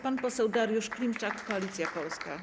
Pan poseł Dariusz Klimczak, Koalicja Polska.